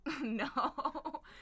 No